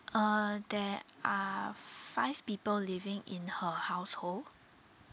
uh there are five people living in her household